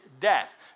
death